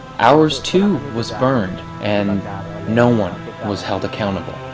ours too was burnt and no one was held accountable.